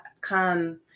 come